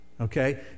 okay